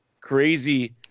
crazy